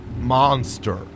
monster